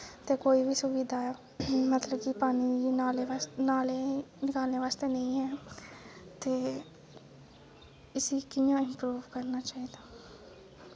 ते कोई बी सुविधा ऐ मतलब कि पानी दी नाले बास्तै नाले निकालनै वास्तै नेईं ऐ ते इसी कि'यां इंप्रूव करना चाहिदा